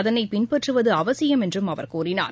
அதனைபின்பற்றுவதுஅவசியம் என்றும் அவர் கூறினார்